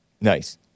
Nice